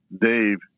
Dave